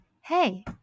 hey